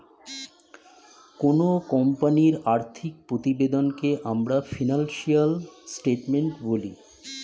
কোনো কোম্পানির আর্থিক প্রতিবেদনকে আমরা ফিনান্সিয়াল স্টেটমেন্ট বলি